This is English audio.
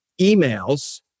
emails